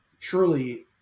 truly